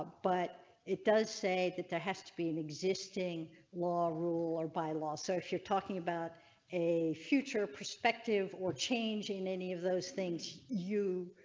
but it does say that there has to be an existing law or rule or by law. so if you're talking about a future perspective or changing any of those things, you.